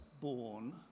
born